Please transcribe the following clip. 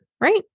right